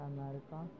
America